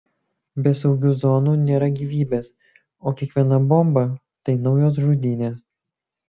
be saugių zonų nėra gyvybės o kiekviena bomba tai naujos žudynės